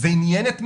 זה עניין את מישהו,